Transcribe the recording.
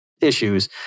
issues